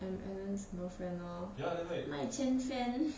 I'm alan's girlfriend lor mai qian fan